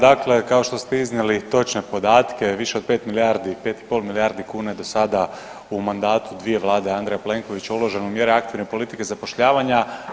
Dakle, kao što ste iznijeli točne podatke više od 5 milijardi, 5 i pol milijardi kuna je do sada u mandatu dvije Vlade Andreja Plenkovića uloženo u mjere aktivne politike zapošljavanja.